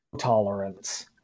tolerance